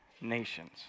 nations